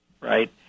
right